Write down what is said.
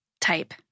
type